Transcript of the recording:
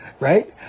right